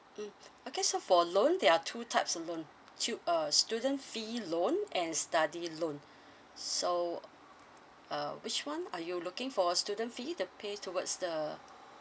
okay so for loan there are two types of loan tu~ uh student fee loan and study loan so uh which one are you looking for a student fee the pay towards the